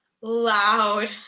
loud